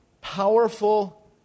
powerful